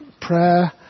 prayer